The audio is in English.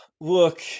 look